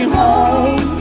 home